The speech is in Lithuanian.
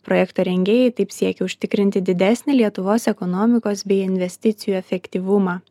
projekto rengėjai taip siekia užtikrinti didesnį lietuvos ekonomikos bei investicijų efektyvumą